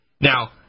Now